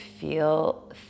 feel